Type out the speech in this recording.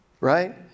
Right